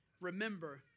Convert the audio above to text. remember